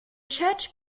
church